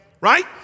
right